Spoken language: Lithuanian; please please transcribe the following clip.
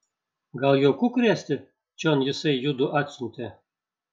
gal juokų krėsti čion jisai judu atsiuntė